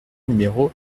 numéro